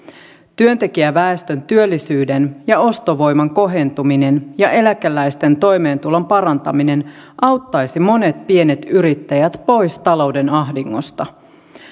työntekijäväestön työllisyyden ja ostovoiman kohentuminen ja eläkeläisten toimeentulon parantaminen auttaisi monet pienet yrittäjät pois talouden ahdingosta